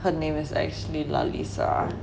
her name is actually lah lisa